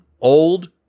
old